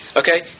okay